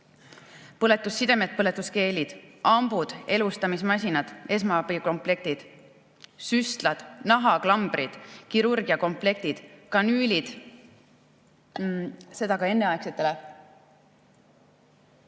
põletussidemed, põletusgeelid, elustamismasinad, esmaabikomplektid, süstlad, nahaklambrid, kirurgiakomplektid, kanüülid, seda ka enneaegsetele,